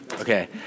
Okay